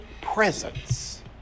presence